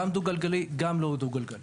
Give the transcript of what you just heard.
גם דו גלגלי, גם לא דו גלגלי.